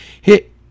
hit